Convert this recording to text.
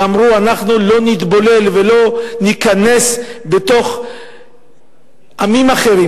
שאמרו: אנחנו לא נתבולל ולא ניכנס בתוך עמים אחרים,